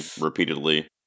repeatedly